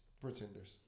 Pretenders